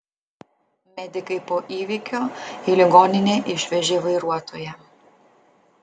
medikai po įvykio į ligoninę išvežė vairuotoją